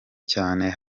cyane